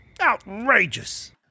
Outrageous